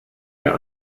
der